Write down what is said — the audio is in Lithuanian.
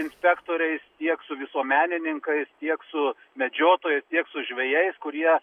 inspektoriais tiek su visuomenininkais tiek su medžiotojais tiek su žvejais kurie